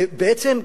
ובעצם,